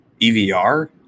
EVR